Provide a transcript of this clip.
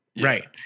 right